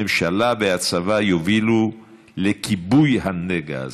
הממשלה והצבא, יובילו לכיבוי הנגע הזה.